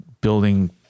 building